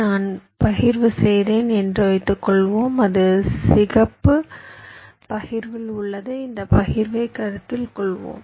நான் பகிர்வு செய்தேன் என்று வைத்துக்கொள்வோம் அது சிவப்பு பகிர்வில் உள்ளது இந்த பகிர்வை கருத்தில் கொள்வோம்